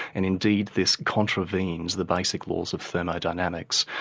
and indeed this contravenes the basic laws of thermodynamics,